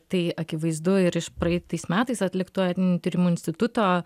tai akivaizdu ir iš praeitais metais atlikto etninių tyrimų instituto